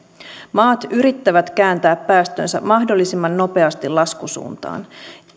maat yrittävät kääntää päästönsä mahdollisimman nopeasti laskusuuntaan